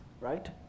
Right